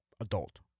Adult